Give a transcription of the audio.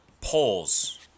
polls